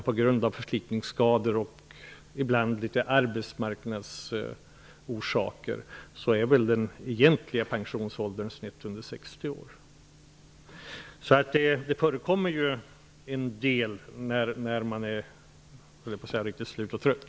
På grund av förslitningsskador och ibland av arbetsmarknadsorsaker är den egentliga pensionsåldern 60 år, då man är slut och trött.